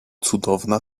cudowna